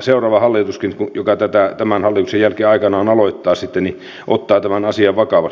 seuraava hallituskin joka tämän hallituksen jälkeen aikanaan aloittaa sitten ottaa tämän asian vakavasti